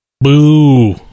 Boo